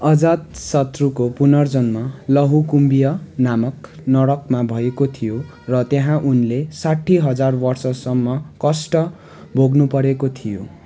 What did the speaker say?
अजातशत्रुको पुनर्जन्म लहुकुम्भिय नामक नरकमा भएको थियो र त्यहाँ उनले साठ्ठी हजार वर्षसम्म कष्ट भोग्नु परेको थियो